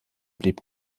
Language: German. blieb